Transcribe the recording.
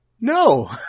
no